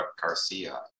Garcia